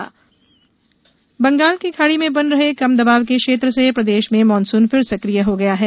मौसम बंगाल की खाड़ी में बन रहे कम दबाव के क्षेत्र से प्रदेश में मॉनसून फिर सकिय हो गया हैं